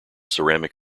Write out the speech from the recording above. ceramic